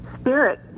spirit